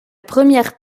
première